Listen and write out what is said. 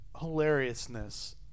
hilariousness